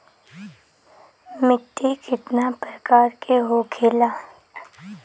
मिट्टी कितना प्रकार के होखेला?